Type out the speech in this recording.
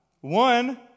one